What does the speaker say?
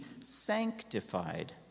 sanctified